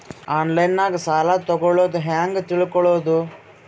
ಆನ್ಲೈನಾಗ ಸಾಲ ತಗೊಳ್ಳೋದು ಹ್ಯಾಂಗ್ ತಿಳಕೊಳ್ಳುವುದು?